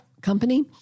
company